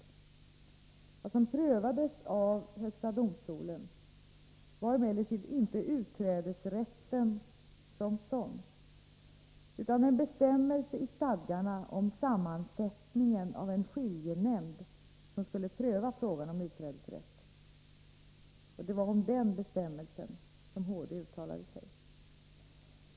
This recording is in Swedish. Vad som prövades av högsta domstolen var emellertid inte utträdesrätten som sådan, utan en bestämmelse i stadgarna om sammansättningen av en skiljenämnd som skulle pröva frågan om utträdesrätt. Det var alltså om den bestämmelsen som HD uttalade sig.